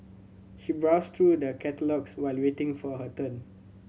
she browsed through the catalogues while waiting for her turn